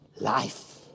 life